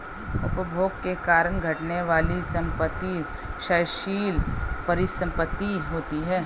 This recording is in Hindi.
उपभोग के कारण घटने वाली संपत्ति क्षयशील परिसंपत्ति होती हैं